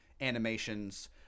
animations